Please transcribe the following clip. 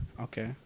Okay